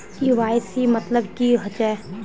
KYC मतलब की होचए?